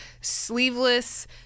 sleeveless